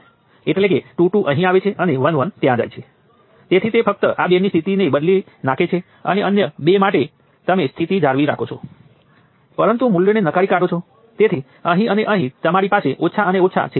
સ્વતંત્ર વોલ્ટેજ સ્ત્રોતના કિસ્સામાં સમસ્યા એ છે કે આપણે જાણતા નથી કે આ નિયંત્રણ સ્ત્રોત માંથી કેટલો કરંટ વહે છે